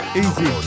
Easy